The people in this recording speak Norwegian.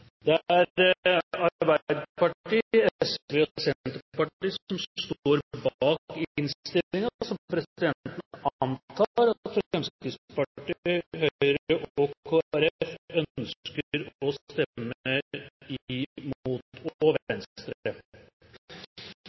Det er Arbeiderpartiet, SV og Senterpartiet som står bak I, så presidenten antar at Fremskrittspartiet, Høyre, Kristelig Folkeparti og Venstre ønsker å stemme imot. Vi voterer så over